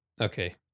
Okay